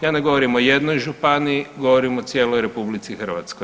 Ja ne govorim o jednoj županiji, govorim o cijeloj RH.